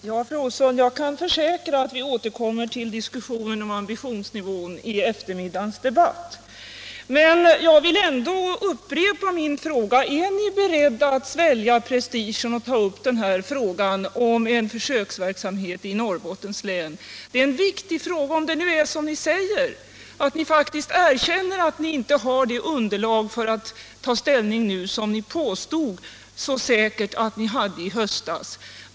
Herr talman! Jag kan försäkra, fru Olsson, att vi i eftermiddagens debatt kommer tillbaka till diskussionen om ambitionsnivån. Men jag vill ändå upprepa min fråga nu: Är ni beredda att svälja prestigen och ta upp frågan om en försöksverksamhet i Norrbottens län? Det är en viktig fråga, om det nu är som ni säger, då ni faktiskt erkänner att ni inte har det underlag för att nu ta ställning som ni i höstas så säkert påstod att ni hade.